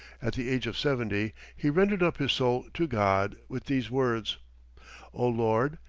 at the age of seventy, he rendered up his soul to god with these words o lord,